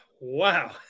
wow